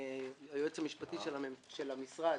היועץ המשפטי של המשרד